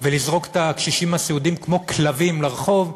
ולזרוק את הקשישים הסיעודיים כמו כלבים לרחוב,